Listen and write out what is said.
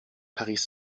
paris